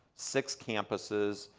six campuses,